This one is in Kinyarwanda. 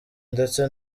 ndetse